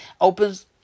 opens